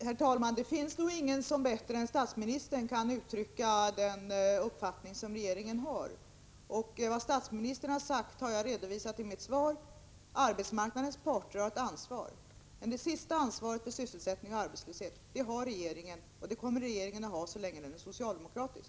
Herr talman! Det finns nog ingen som bättre än statsministern kan uttrycka den uppfattning som regeringen har. Och vad statsministern har sagt har jag redovisat i mitt svar: Arbetsmarknadens parter har ett ansvar. Men det sista ansvaret för sysselsättningen och arbetslösheten har regeringen, och det kommer regeringen att ha så länge den är socialdemokratisk.